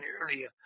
earlier